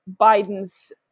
Biden's